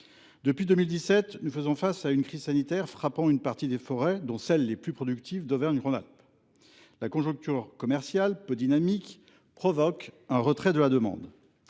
Depuis 2017, nous faisons face à une crise sanitaire frappant une partie des forêts, dont celles les plus productives d’Auvergne Rhône Alpes. La conjoncture commerciale, peu dynamique, provoque un retrait de la demande.